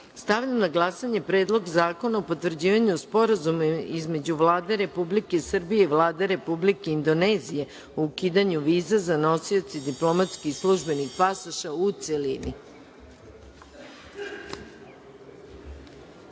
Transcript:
zakona. Stavljam na glasanje Predlog zakona o potvrđivanju Sporazuma između Vlade Republike Srbije i Vlade Republike Indonezije o ukidanju viza za nosioce diplomatskih i službenih pasoša, u